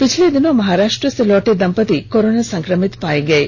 पिछले दिनों महाराष्ट्र से लौटे दंपती कोरोना संक्रमित पाए गए हैं